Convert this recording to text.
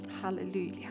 Hallelujah